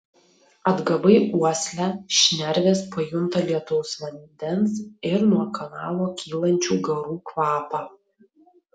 atgavai uoslę šnervės pajunta lietaus vandens ir nuo kanalo kylančių garų kvapą